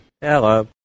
Hello